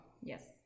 Yes